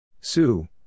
Sue